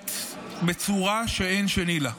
אומרת בצורה שאין שנייה לה: